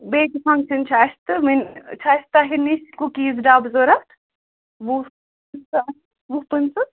بیٚیہِ تہِ فَنٛگشَن چھِ اَسہِ تہٕ وٕنۍ چھِ اَسہِ تۄہہِ نِش کُکیٖز ڈَبہٕ ضوٚرَتھ وُہ وُہ پٕنٛژٕ